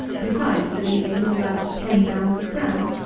besides the leaving of about ten pounds of bran.